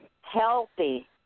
healthy